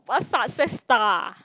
what's up sister